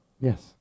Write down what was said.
yes